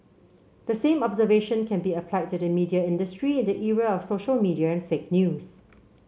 the same observation can be applied to the media industry in the era of social media and fake news